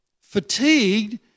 fatigued